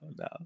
no